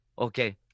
okay